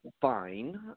fine